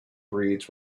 breeds